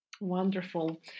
wonderful